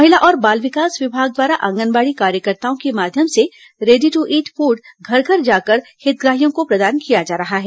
महिला और बाल विकास विभाग द्वारा आंगनबाड़ी कार्यकर्ताओं के माध्यम से रेडी दू ईट फूड घर घर जाकर हितग्राहियों को प्रदान किया जा रहा है